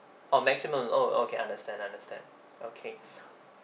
oh maximum oh okay understand understand okay